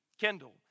Kendall